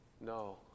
no